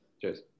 Cheers